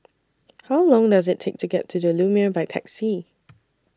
How Long Does IT Take to get to The Lumiere By Taxi